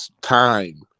time